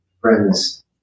friends